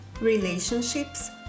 relationships